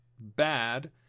bad